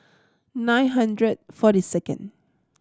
nine hundred forty second